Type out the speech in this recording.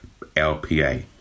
LPA